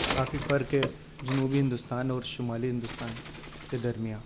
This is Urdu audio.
کافی فرق ہے جنوبی ہندوستان اور شمالی ہندوستان کے درمیاں